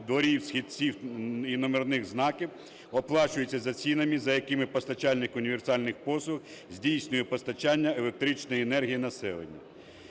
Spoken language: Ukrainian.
дворів, східців і номерних знаків), оплачуються за цінами, за якими постачальник універсальних послуг здійснює постачання електричної енергії населенню".